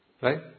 Right